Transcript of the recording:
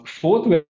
Fourth